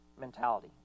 mentality